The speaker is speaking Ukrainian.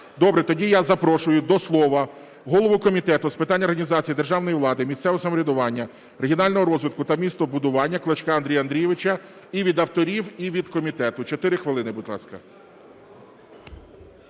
Добре. Тоді я запрошую до слова голову Комітету з питань організації державної влади, місцевого самоврядування, регіонального розвитку та містобудування Клочка Андрія Андрійовича і від авторів, і від комітету 4 хвилини, будь ласка.